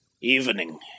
evening